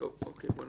בואו נמשיך.